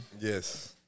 Yes